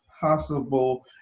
possible